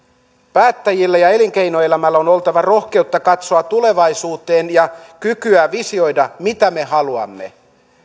päättäjillä ja elinkeinoelämällä on oltava rohkeutta katsoa tulevaisuuteen ja kykyä visioida mitä me haluamme